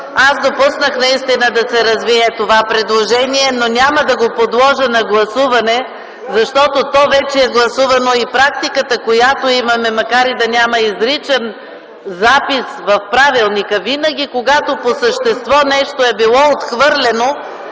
аз допуснах наистина да се развие това предложение, но няма да го подложа на гласуване, защото то вече е гласувано и практиката, която имаме, макар и да няма изричен запис от правилника, винаги, когато по същество нещо е било отхвърлено,